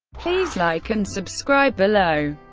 please like and subscribe below.